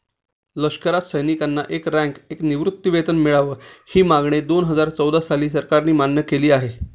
लष्करात सैनिकांना एक रँक, एक निवृत्तीवेतन मिळावे, ही मागणी दोनहजार चौदा साली सरकारने मान्य केली आहे